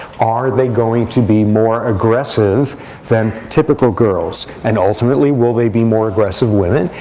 are they going to be more aggressive than typical girls? and, ultimately, will they be more aggressive women?